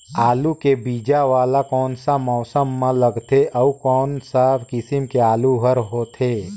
आलू के बीजा वाला कोन सा मौसम म लगथे अउ कोन सा किसम के आलू हर होथे?